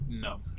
No